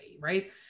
right